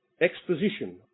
exposition